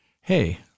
hey